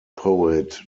poet